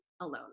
alone